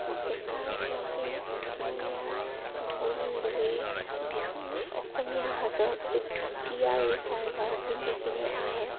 ডেকাবিলাকে ঢুলীয়া ঢোল লৈ বিহু অসমীয়া সাজত য'ত ধুতি আৰু চেলোৱাৰ পিন্ধি কিনে আহে